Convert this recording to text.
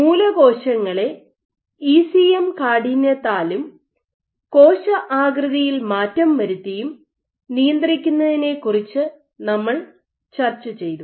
മൂലകോശങ്ങളെ ECM കാഠിന്യത്താലും കോശആകൃതിയിൽ മാറ്റം വരുത്തിയും നിയന്ത്രിക്കുന്നതിനെക്കുറിച്ച് നമ്മൾ ചർച്ച ചെയ്തു